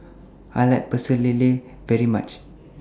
I like Pecel Lele very much